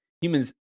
humans